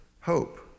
hope